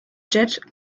jet